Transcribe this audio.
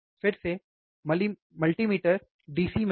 फिर से multimeter DC में है